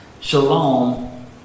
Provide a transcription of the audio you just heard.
Shalom